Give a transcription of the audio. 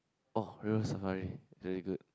oh River-Safari very good